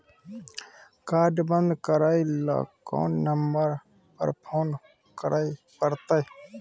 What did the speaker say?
Card बन्द करे ल कोन नंबर पर फोन करे परतै?